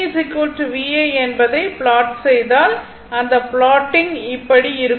P V I என்பதை plot செய்தால் அந்த ப்லாட்டிங் இப்படி இருக்கும்